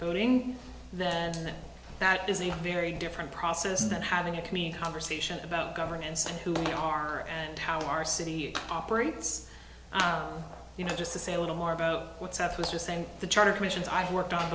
voting then that is a very different process than having a community conversation about governance and who we are and how our city operates you know just to say a little more about what's up with just saying the charter commissions i've worked on